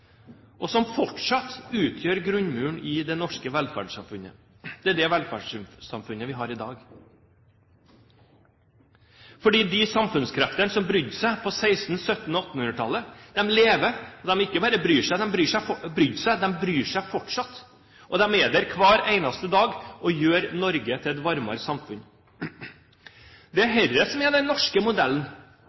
og som fortsatt utgjør grunnmuren i det norske velferdssamfunnet. Det er det velferdssamfunnet vi har i dag. De samfunnskreftene som brydde seg på 1600-, 1700- og 1800-tallet lever, og de ikke bare brydde seg, de bryr seg fortsatt, og de er der hver eneste dag og gjør Norge til et varmere samfunn. Det er dette som er den norske modellen,